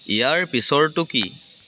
ইয়াৰ পিছৰটো কি